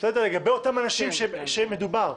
לגבי אותם אנשים שמדובר,